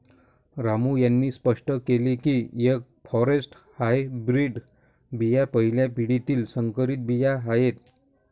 रामू यांनी स्पष्ट केले की एफ फॉरेस्ट हायब्रीड बिया पहिल्या पिढीतील संकरित बिया आहेत